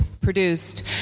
produced